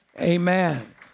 Amen